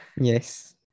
Yes